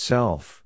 Self